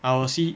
I will see